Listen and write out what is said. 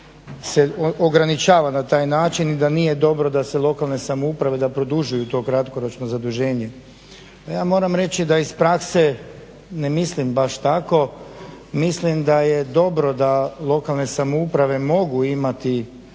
se ograničava na taj način i da nije dobro da se lokalnoj samoupravi, da produžuju to kratkoročno zaduženje. Pa ja moram reći da iz prakse ne mislim baš tako. Mislim da je dobro da lokalne samouprave mogu imati